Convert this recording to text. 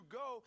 go